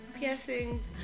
piercings